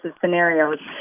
scenarios